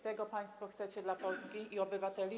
Tego państwo chcecie dla Polski i obywateli?